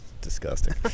disgusting